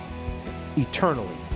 eternally